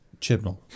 Chibnall